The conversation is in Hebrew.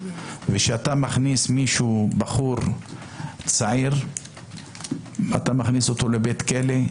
כשאתה מכניס בחור צעיר לבית כלא,